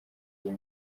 iyi